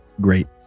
great